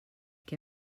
què